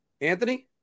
Anthony